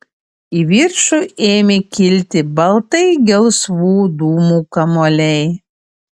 į viršų ėmė kilti baltai gelsvų dūmų kamuoliai